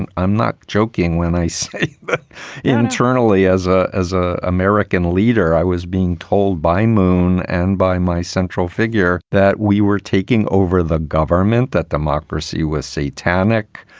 and i'm not joking when i say that internally, as a as a american leader, i was being told by moon and by my central figure that we were taking over the government, that democracy was satanic,